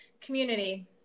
community